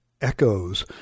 echoes